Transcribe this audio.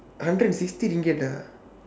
hundred and sixty ringgit ah